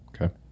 Okay